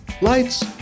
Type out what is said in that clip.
Lights